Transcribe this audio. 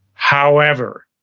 however,